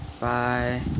Bye